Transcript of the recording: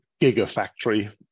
gigafactory